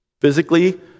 Physically